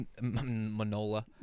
Manola